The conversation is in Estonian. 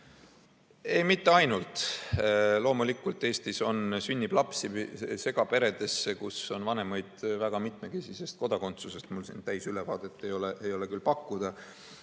Ei, mitte ainult. Loomulikult Eestis sünnib lapsi segaperedesse, kus on vanemaid väga mitmekesise kodakondsusega. Mul siin täisülevaadet ei ole küll pakkuda,